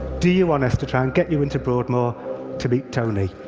do you want us to try and get you into broadmoor to meet tony?